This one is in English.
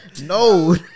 No